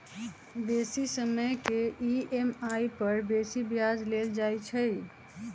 बेशी समय के ई.एम.आई पर बेशी ब्याज लेल जाइ छइ